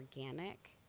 organic